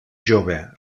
jove